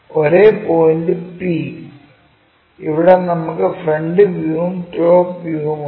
ഒരേ point p ഇവിടെ നമുക്ക് ഫ്രണ്ട് വ്യൂവും ടോപ് വ്യൂവും ഉണ്ട്